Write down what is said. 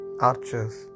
archers